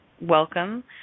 welcome